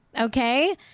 Okay